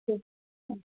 ह